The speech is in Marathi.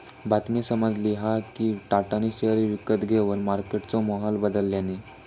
बातमी समाजली हा कि टाटानी शेयर विकत घेवन मार्केटचो माहोल बदलल्यांनी